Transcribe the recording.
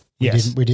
Yes